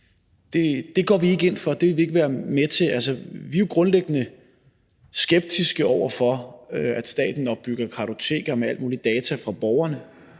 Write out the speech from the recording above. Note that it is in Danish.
går vi ikke ind for, det vil vi ikke være med til. Vi er jo grundlæggende skeptiske over for, at staten opbygger kartoteker med alle mulige data om borgerne.